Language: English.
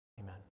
Amen